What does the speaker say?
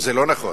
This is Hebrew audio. אז זה לא נכון?